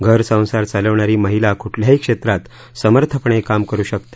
घर संसार चालविणारी महिला कुठल्याही क्षेत्रात समर्थपणे काम करू शकते